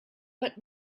but